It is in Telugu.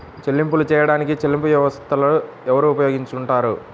చెల్లింపులు చేయడానికి చెల్లింపు వ్యవస్థలను ఎవరు ఉపయోగించుకొంటారు?